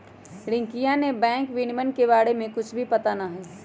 रियंकवा के बैंक विनियमन के बारे में कुछ भी पता ना हई